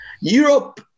Europe